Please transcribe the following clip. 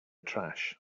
trash